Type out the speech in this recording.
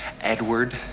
Edward